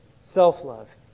self-love